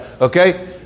Okay